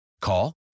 Call